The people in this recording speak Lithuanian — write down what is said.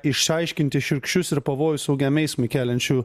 išaiškinti šiurkščius ir pavojų saugiam eismui keliančių